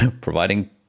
providing